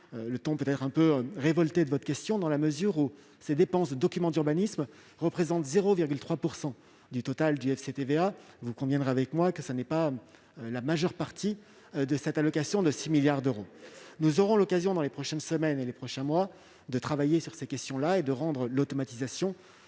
le ton quelque peu révolté de votre question, dans la mesure où les dépenses liées aux documents d'urbanisme représentent 0,3 % du total du FCTVA. Vous conviendrez donc qu'elles ne constituent pas la majeure partie de cette allocation de 6 milliards d'euros. Nous aurons l'occasion, dans les prochaines semaines et les prochains mois, de travailler sur ces sujets et de perfectionner le